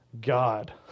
God